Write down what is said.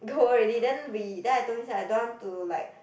go already then we then I told you say I don't want to like